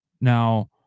Now